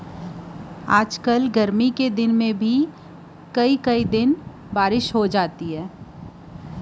आजकल गरमी के दिन म घलोक कइ कई दिन ले बरसा हो जाथे